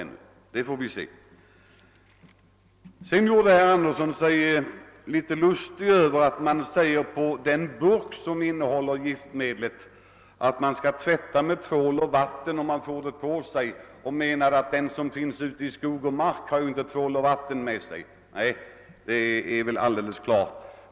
Herr Andersson i Storfors gjorde sig en smula lustig över att det på burkar, som innehåller bekämpningsmedel, står att man skall tvätta sig med tvål och vatten om man får något av medlet på sig. Han menade att den som är ute i skog och mark inte brukar föra med sig tvål och vatten, och det är all deles riktigt.